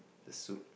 the suit